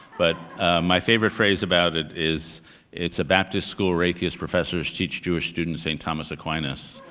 but my favorite phrase about it is it's a baptist school where atheist professors teach jewish students saint thomas aquinas,